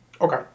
Okay